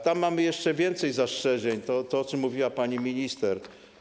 Tam mamy jeszcze więcej zastrzeżeń co do tego, o czym mówiła pani minister.